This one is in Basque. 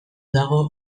dago